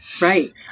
Right